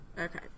Okay